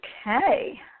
Okay